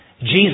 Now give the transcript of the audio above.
Jesus